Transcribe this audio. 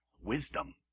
wisdom